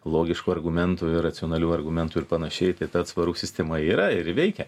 logiškų argumentų ir racionalių argumentų ir panašiai tai ta atsvarų sistema yra ir ji veikia